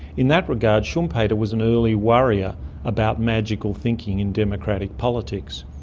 in that regard schumpeter was an early worrier about magical thinking in democratic politics.